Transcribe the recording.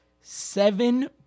seven